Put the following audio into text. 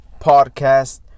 podcast